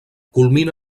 culmina